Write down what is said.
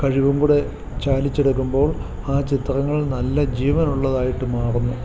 കഴിവുങ്കൂടെ ചാലിച്ചെടുക്കുമ്പോൾ ആ ചിത്രങ്ങൾ നല്ല ജീവനുള്ളതായിട്ടു മാറുന്നു